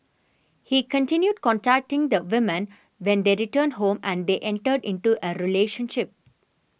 he continued contacting the woman when they returned home and they entered into a relationship